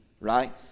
right